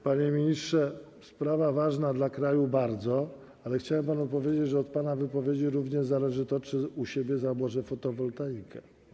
Panie ministrze, sprawa dla kraju jest bardzo ważna, ale chciałem panu powiedzieć, że od pana wypowiedzi również zależy to, czy u siebie założę foltowoltaikę.